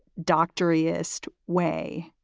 dr. iest way,